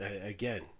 again